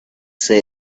say